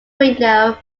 window